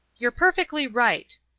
you're perfectly right,